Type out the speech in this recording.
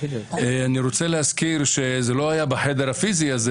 אני רוצה להזכיר שזה לא היה פיזית בחדר הזה,